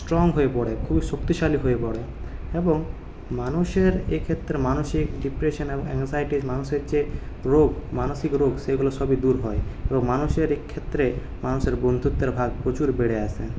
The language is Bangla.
স্ট্রং হয়ে পড়ে খুবই শক্তিশালী হয়ে পড়ে এবং মানুষের এ ক্ষেত্রে মানসিক ডিপ্রেশন এবং অ্যাঙজাইটি মানুষের যে রোগ মানসিক রোগ সেগুলো সবই দূর হয় এবং মানুষের এ ক্ষেত্রে মানুষের বন্ধুত্বের ভাগ প্রচুর বেড়ে আসে